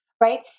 right